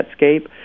Netscape